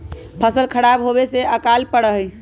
फसल खराब होवे से अकाल पडड़ा हई